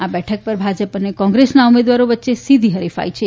આ બેઠક પર ભાજપ અને કોંગ્રેસના ઉમેદવારો વચ્ચે સીધી હરિફાઇ છે